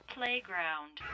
Playground